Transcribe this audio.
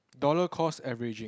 dollar cost averaging